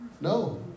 No